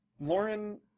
Lauren